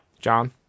John